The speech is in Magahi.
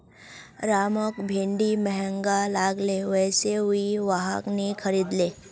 रामक भिंडी महंगा लागले वै स उइ वहाक नी खरीदले